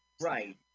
Right